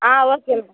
ஆ okay ம்